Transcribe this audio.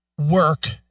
work